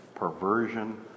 perversion